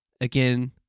Again